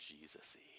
Jesus-y